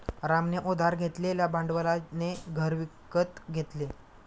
रामने उधार घेतलेल्या भांडवलाने घर विकत घेतले